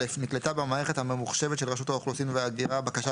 נקלטה במערכת הממוחשבת של רשות האוכלוסין וההגירה בקשה